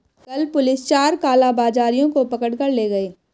कल पुलिस चार कालाबाजारियों को पकड़ कर ले गए